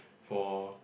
for